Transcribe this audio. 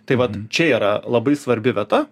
tai vat čia yra labai svarbi vieta